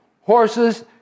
horses